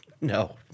no